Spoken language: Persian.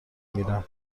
میرم